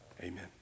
Amen